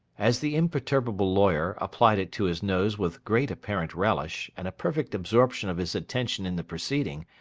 as the imperturbable lawyer applied it to his nose with great apparent relish and a perfect absorption of his attention in the proceeding,